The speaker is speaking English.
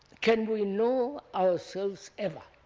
can we know ourselves ever?